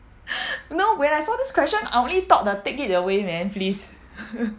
no when I saw this question I only thought the take it away man please